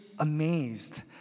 amazed